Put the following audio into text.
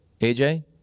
aj